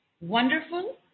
wonderful